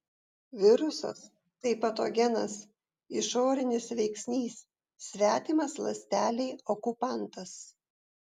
virusas tai patogenas išorinis veiksnys svetimas ląstelei okupantas